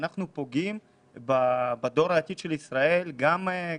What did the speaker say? אנחנו פוגעים בדור העתיד של ישראל בחינוך,